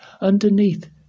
underneath